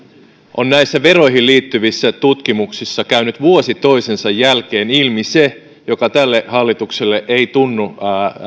on näissä veroihin liittyvissä tutkimuksissa käynyt vuosi toisensa jälkeen ilmi se mikä tälle hallitukselle ei tunnu